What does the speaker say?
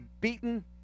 beaten